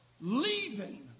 leaving